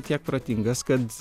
tiek protingas kad